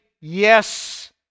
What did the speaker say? yes